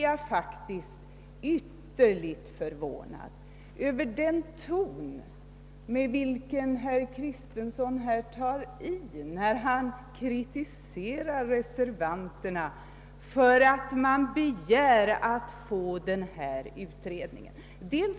Jag är ytterligt förvånad över den ton herr Kristenson här tar till när han kritiserar reservanterna för att de begär att få denna utredning.